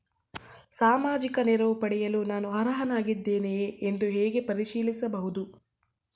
ಸಾಮಾಜಿಕ ನೆರವು ಪಡೆಯಲು ನಾನು ಅರ್ಹನಾಗಿದ್ದೇನೆಯೇ ಎಂದು ಹೇಗೆ ಪರಿಶೀಲಿಸಬಹುದು?